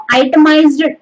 itemized